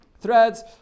threads